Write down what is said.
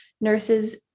nurses